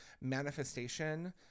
manifestation